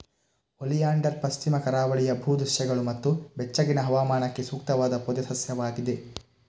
oleander ಪಶ್ಚಿಮ ಕರಾವಳಿಯ ಭೂ ದೃಶ್ಯಗಳು ಮತ್ತು ಬೆಚ್ಚಗಿನ ಹವಾಮಾನಕ್ಕೆ ಸೂಕ್ತವಾದ ಪೊದೆ ಸಸ್ಯವಾಗಿದೆ